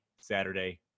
Saturday